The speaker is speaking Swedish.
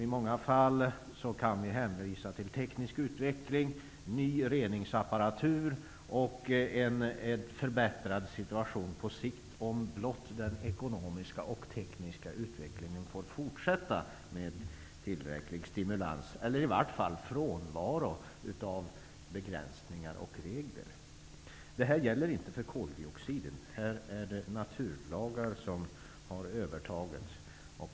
I många fall kan vi hänvisa till teknisk utveckling, ny reningsapparatur och en förbättrad situation på sikt, om blott den ekonomiska och tekniska utvecklingen får fortsätta med tillräcklig stimulans, eller i varje fall i frånvaron av begränsningar och regler. Detta gäller inte för koldioxiden. Här är det naturlagar som har övertaget.